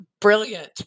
Brilliant